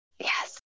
Yes